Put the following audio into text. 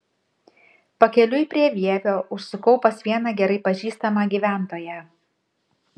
pakeliui prie vievio užsukau pas vieną gerai pažįstamą gyventoją